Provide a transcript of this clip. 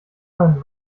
man